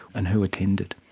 and who attended?